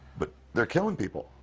but they're killing people,